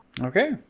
Okay